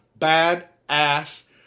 badass